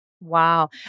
Wow